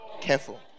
Careful